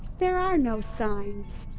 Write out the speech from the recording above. there are no signs.